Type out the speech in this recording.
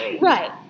Right